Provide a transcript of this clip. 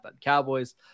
Cowboys